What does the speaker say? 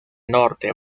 norte